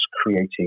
creating